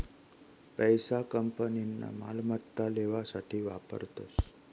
पैसा कंपनीना मालमत्ता लेवासाठे वापरतस